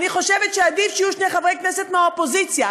אני חושבת שעדיף שיהיו שני חברי כנסת מהאופוזיציה,